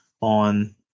on